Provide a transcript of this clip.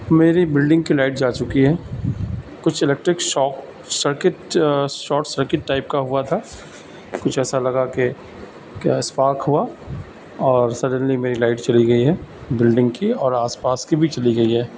میری بلڈنگ کی لائٹ جا چکی ہے کچھ electric shot circuit short circuit type کا ہوا تھا کچھ ایسا لگا کہ کیا اسپارک ہوا اور سڈنلی میری لائٹ چلی گئی ہے بلڈنگ کی اور آس پاس کی بھی چلی گئی ہے